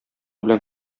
белән